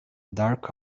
dark